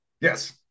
Yes